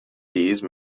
these